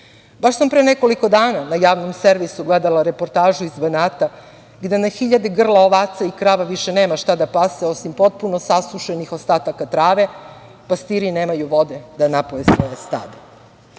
sam pre nekoliko dana na javnom servisu gledala reportažu iz Banata, gde na hiljade grla ovaca i krava više nema šta da pase, osim potpuno sasušenih ostataka trave, pastiri nemaju vode da napoje svoje stado. Posle